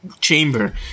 chamber